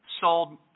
sold